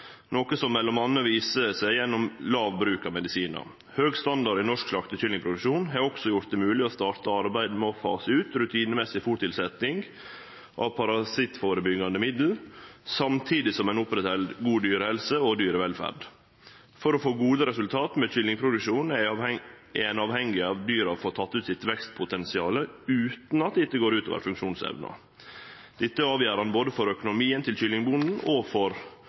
noko som m.a. viser seg gjennom låg bruk av medisinar. Høg standard i norsk slaktekyllingproduksjon har også gjort det mogeleg å starte arbeidet med å fase ut rutinemessig fôrtilsetning av parasittførebyggjande middel, samstundes som ein opprettheld god dyrehelse og dyrevelferd. For å få gode resultat med kyllingproduksjon er ein avhengig av at dyra får teke ut sitt vekstpotensial utan at dette går ut over funksjonsevna. Dette er avgjerande både for økonomien til kyllingbonden og for